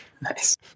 nice